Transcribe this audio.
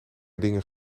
dingen